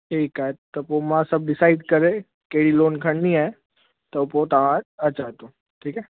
ठीकु आहे त पोइ मां सभु डिसाईड करे कहिड़ी लोन खणिणी आहे त पोइ तव्हां वटि अचां थो ठीकु आहे